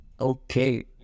okay